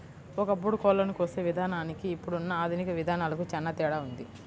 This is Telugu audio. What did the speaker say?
ఒకప్పుడు కోళ్ళను కోసే విధానానికి ఇప్పుడున్న ఆధునిక విధానాలకు చానా తేడా ఉంది